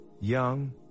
young